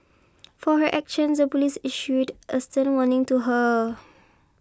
for her actions the police issued a stern warning to her